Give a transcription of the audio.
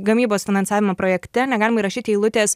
gamybos finansavimo projekte negalima įrašyti eilutės